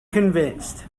convinced